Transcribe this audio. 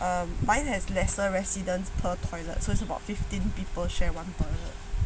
um mine has lesser residents per toilet so it's about fifteen people share one toilet